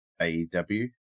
AEW